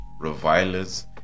revilers